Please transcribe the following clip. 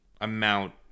amount